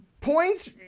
points